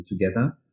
together